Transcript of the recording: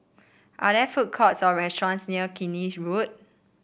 are there food courts or restaurants near Killiney Road